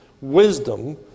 wisdom